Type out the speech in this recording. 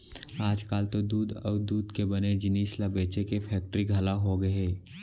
आजकाल तो दूद अउ दूद के बने जिनिस ल बेचे के फेक्टरी घलौ होगे हे